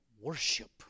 worship